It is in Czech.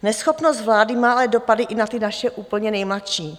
Neschopnost vlády má ale dopady i na ty naše úplně nejmladší.